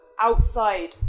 outside